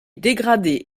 dégradé